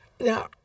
Now